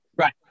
Right